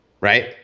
Right